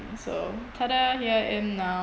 so ta-da here I am now